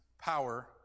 power